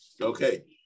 Okay